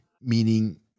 Meaning